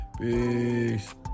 Peace